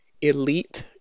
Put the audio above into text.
elite